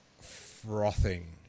frothing